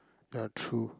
ya true